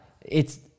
it's-